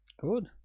Good